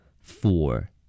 four